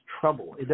trouble